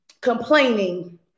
Complaining